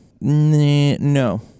No